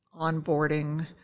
onboarding